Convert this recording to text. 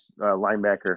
linebacker